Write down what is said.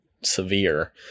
severe